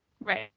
Right